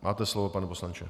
Máte slovo, pane poslanče.